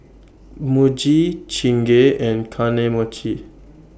Muji Chingay and Kane Mochi